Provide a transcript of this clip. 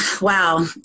wow